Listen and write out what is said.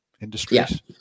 industries